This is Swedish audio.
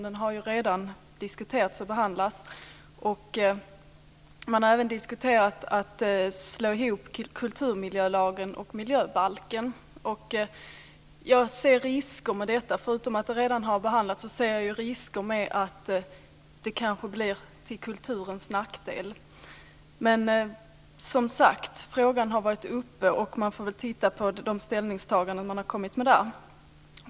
Den har redan diskuterats och behandlats. Man har även diskuterat att slå ihop kulturmiljölagen och miljöbalken. Jag ser risker med detta. Förutom att frågan redan har behandlats ser jag risker att detta kan bli till kulturens nackdel. Frågan har varit uppe till behandling, och vi får titta på de ställningstaganden som har kommit fram där.